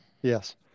Yes